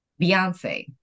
Beyonce